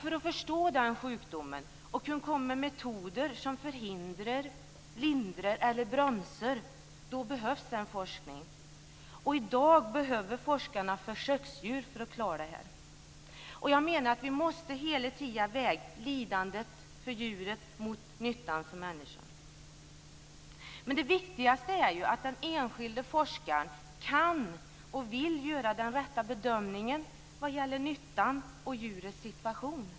För att förstå den sjukdomen och komma med metoder som förhindrar, lindrar eller bromsar behövs forskningen. Och forskarna behöver i dag försöksdjur för att klara detta. Jag menar att vi hela tiden måste väga lidandet för djuret mot nyttan för människan. Det viktigaste är att den enskilde forskaren kan och vill göra den rätta bedömningen vad gäller nyttan och djurets situation.